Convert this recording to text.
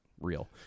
real